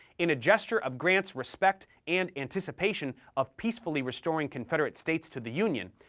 in a gesture of grant's respect and anticipation of peacefully restoring confederate states to the union,